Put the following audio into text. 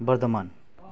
Bardhaman